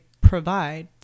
provide